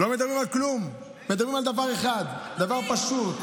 לא מדברים על כלום, מדברים על דבר אחד, דבר פשוט.